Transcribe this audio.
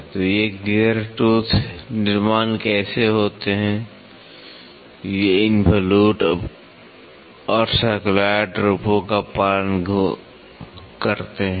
तो ये gear tooth निर्माण कैसे होते हैं वे इनवॉल्यूट और साइक्लॉयड रूपों का पालन करते हैं